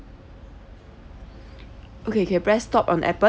okay can you press stop on